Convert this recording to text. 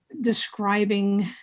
Describing